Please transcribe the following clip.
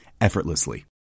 effortlessly